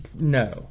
No